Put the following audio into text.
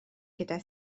gyda